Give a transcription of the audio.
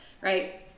right